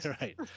right